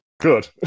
Good